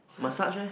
massage eh